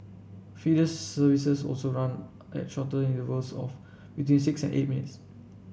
feeder services also run at shorter intervals of between six and eight minutes